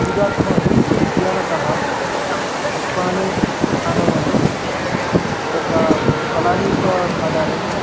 पूजार्थम् उद्यानतः पुष्पाणि आनयामि तथा फलानि च खादामि